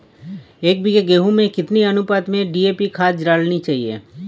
एक बीघे गेहूँ में कितनी अनुपात में डी.ए.पी खाद डालनी चाहिए?